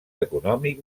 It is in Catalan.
econòmic